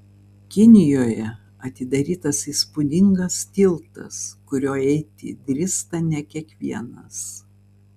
kinijoje atidarytas įspūdingas tiltas kuriuo eiti drįsta ne kiekvienas